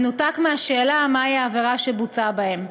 לנפגעי העבירה במנותק מהשאלה מהי העבירה שבוצעה בהם.